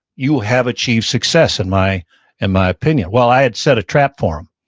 you have achieved success in my and my opinion. well, i had set a trap for him.